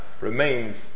remains